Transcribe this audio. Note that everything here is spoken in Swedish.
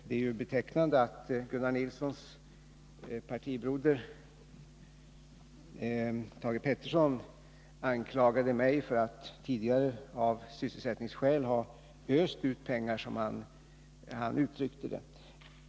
Det är f. ö. betecknande att Gunnar Nilssons partibroder Thage Peterson anklagade mig för att tidigare av sysselsättningsskäl ha öst ut pengar, som han uttryckte det.